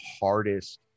hardest